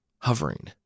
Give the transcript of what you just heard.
hovering